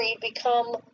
become